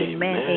Amen